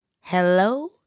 Hello